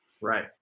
Right